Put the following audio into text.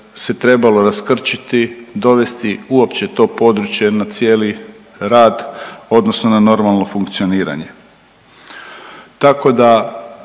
se trebalo raskrčiti, dovesti uopće to područje na cijeli rad odnosno na normalno funkcioniranje. Tako da